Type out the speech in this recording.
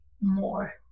more